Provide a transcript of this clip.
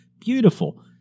beautiful